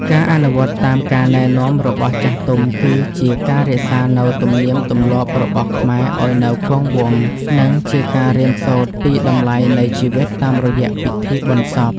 ការអនុវត្តតាមការណែនាំរបស់ចាស់ទុំ គឺជាការរក្សានូវទំនៀមទម្លាប់របស់ខ្មែរឱ្យនៅគង់វង្ស និងជាការរៀនសូត្រពីតម្លៃនៃជីវិតតាមរយៈពិធីបុណ្យសព។